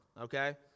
Okay